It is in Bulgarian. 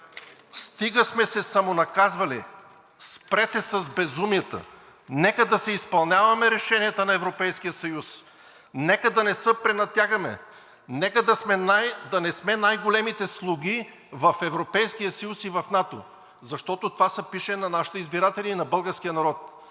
стига сме се самонаказвали. Спрете с безумията! Нека да си изпълняваме решенията на Европейския съюз, нека да не се пренатягаме, нека да не сме най-големите слуги в Европейския съюз и в НАТО, защото това се пише на нашите избиратели и на българския народ.